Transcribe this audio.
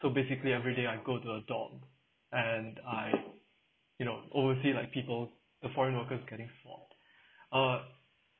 so basically every day I'll go to a dorm and I you know oversee like people the foreign workers getting swabbed uh